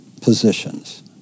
positions